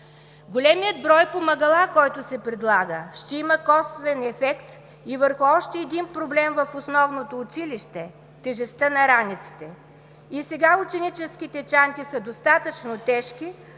Големият брой помагала, който се предлага, ще има косвен ефект и върху още един проблем в основното училище – тежестта на раниците. И сега ученическите чанти са достатъчно тежки,